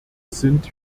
sind